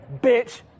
bitch